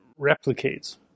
replicates